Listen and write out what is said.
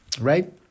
Right